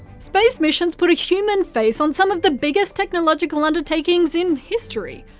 space missions put a human face on some of the biggest technological undertakings in history.